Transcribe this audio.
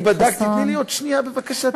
תני לי עוד שנייה, בבקשה.